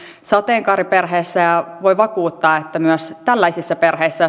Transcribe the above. sateenkaariperheessä ja voin vakuuttaa että myös tällaisissa perheissä